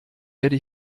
werde